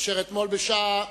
אשר אתמול בשעה